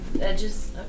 Edges